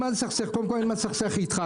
אין לי מה להסתכסך איתך,